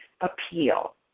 appeal